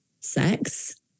Sex